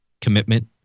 commitment